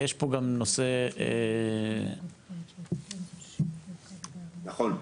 נכון.